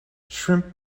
shrimp